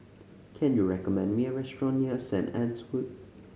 can you recommend me a restaurant near Saint Anne's Wood